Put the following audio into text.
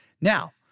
Now